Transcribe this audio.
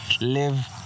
live